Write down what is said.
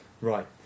Right